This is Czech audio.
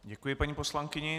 Děkuji paní poslankyni.